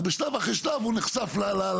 אז שלב אחרי שלב הוא נכנס לבעיות.